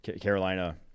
Carolina